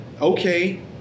okay